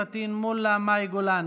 פטין מולא ומאי גולן,